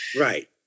Right